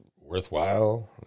worthwhile